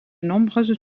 nombreuses